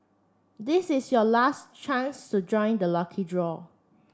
this is your last chance to join the lucky draw